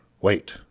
Wait